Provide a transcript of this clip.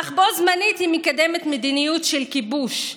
אך בו זמנית היא מקדמת מדיניות של כיבוש,